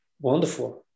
Wonderful